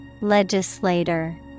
Legislator